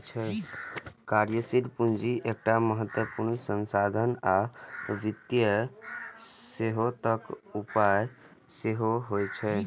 कार्यशील पूंजी एकटा महत्वपूर्ण संसाधन आ वित्तीय सेहतक उपाय सेहो होइ छै